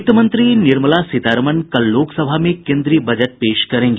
वित्तमंत्री निर्मला सीतारमन कल लोकसभा में कोन्द्रीय बजट पेश करेंगी